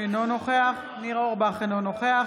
אינו נוכח יולי יואל אדלשטיין, אינו נוכח